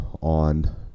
on